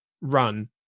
run